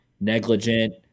negligent